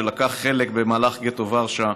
שלקח חלק במהלך מרד גטו ורשה,